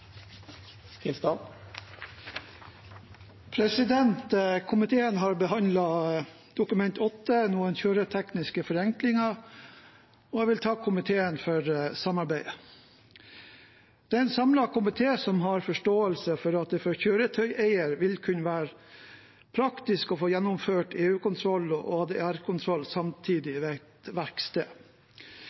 minutter. Komiteen har behandlet Dokument 8:106 S for 2020–2021, om noen kjøretekniske forenklinger, og jeg vil takke komiteen for samarbeidet. Det er en samlet komité som har forståelse for at det for kjøretøyeier vil kunne være praktisk å få gjennomført EU-kontroll og ADR-kontroll samtidig